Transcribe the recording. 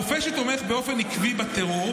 רופא שתומך באופן עקבי בטרור,